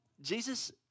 Jesus